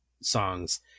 songs